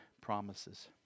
promises